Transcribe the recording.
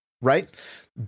Right